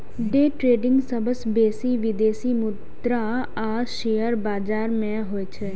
day trading सबसं बेसी विदेशी मुद्रा आ शेयर बाजार मे होइ छै